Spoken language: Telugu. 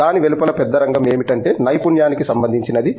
దాని వెలుపల పెద్ద రంగం ఏమిటంటే నైపుణ్యానికి సంబంధించినది